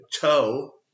toe